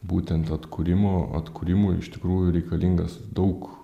būtent atkūrimo atkūrimui iš tikrųjų reikalingas daug